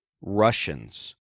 Russians